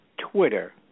Twitter